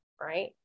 right